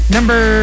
Number